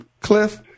Cliff